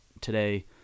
today